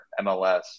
MLS